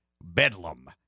Bedlam